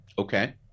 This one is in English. Okay